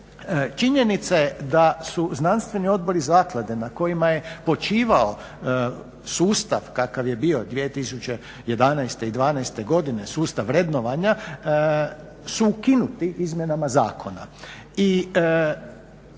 Činjenica je da su znanstveni odbori zaklade na kojima je počivao sustav kakav je bio 2011. i 2012. godine, sustav vrednovanja, su ukinuti izmjenama zakona